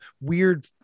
weird